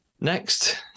Next